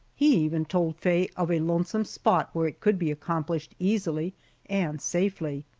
he even told faye of a lonesome spot where it could be accomplished easily and safely!